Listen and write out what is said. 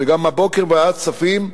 וגם הבוקר בוועדת הכספים,